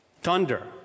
thunder